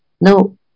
No